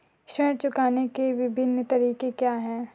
ऋण चुकाने के विभिन्न तरीके क्या हैं?